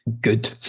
good